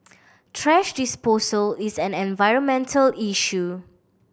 thrash disposal is an environmental issue